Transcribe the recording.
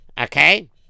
Okay